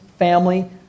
family